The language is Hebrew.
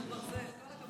השופט שטיין בעליון.